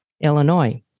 Illinois